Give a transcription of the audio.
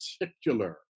particular